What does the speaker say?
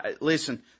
Listen